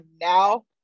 now